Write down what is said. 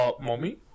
Mommy